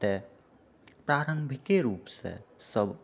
एतऽ प्रारम्भिके रूपसँ सभ